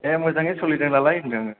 ए मोजाङै सोलिदों नालाय होन्दों आङो